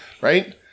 Right